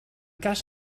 cas